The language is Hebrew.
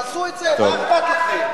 תעשו את זה, מה אכפת לכם.